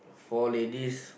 four ladies